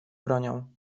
bronią